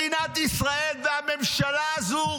מדינת ישראל והממשלה הזו